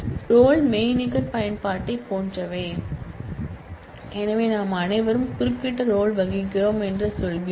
role மெய்நிகர் பயன்பாட்டைப் போன்றவை எனவே நாம் அனைவரும் குறிப்பிட்ட ரோல் வகிக்கிறோம் என்று சொல்கிறோம்